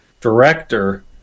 director